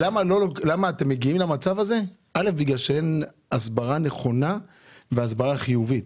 מגיעים למצב הזה כי אין הסברה נכונה והסברה חיובית.